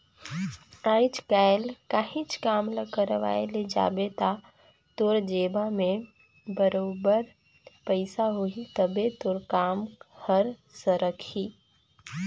आएज काएल काहींच काम ल करवाए ले जाबे ता तोर जेबहा में बरोबेर पइसा होही तबे तोर काम हर सरकही